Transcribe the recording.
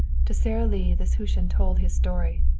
to sara lee this hutin told his story.